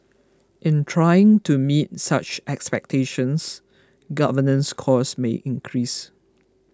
in trying to meet such expectations governance costs may increase